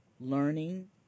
learning